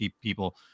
people